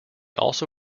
also